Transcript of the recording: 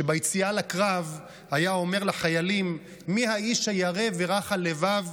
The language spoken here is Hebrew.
שביציאה לקרב היה אומר לחיילים "מי האיש הירא ורך הלבב,